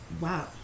Wow